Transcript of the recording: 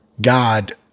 God